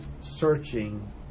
searching